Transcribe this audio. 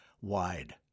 wide